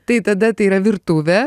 tai tada tai yra virtuvė